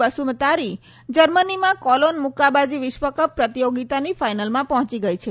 બસુમતારી જર્મનીમાં કોલોન મુક્કાબાજી વિશ્વકપ પ્રતિયોગિતાની ફાઈનલમાં પહોંચી ગઈ છે